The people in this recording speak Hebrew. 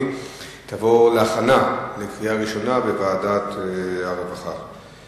והיא תבוא להכנה לקריאה שנייה ושלישית בוועדת העבודה,